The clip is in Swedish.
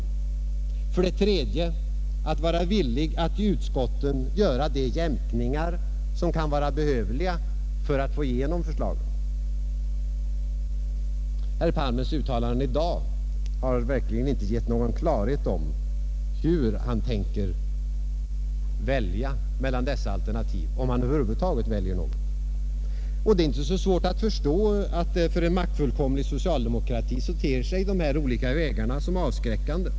Den kan för det tredje vara villig att i utskotten göra de jämkningar, som kan vara behövliga för att man skall få igenom förslagen. Herr Palmes uttalanden i dag har verkligen inte givit någon klarhet om hur han tänker välja mellan dessa alternativ — om han över huvud taget väljer något av dem. Det är inte så svårt att förstå att för en maktfullkomlig socialdemokrati ter sig dessa olika vägar avskräckande.